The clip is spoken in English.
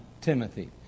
Timothy